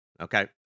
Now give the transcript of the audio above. okay